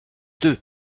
deux